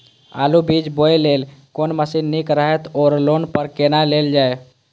आलु बीज बोय लेल कोन मशीन निक रहैत ओर लोन पर केना लेल जाय?